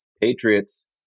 Patriots